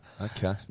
Okay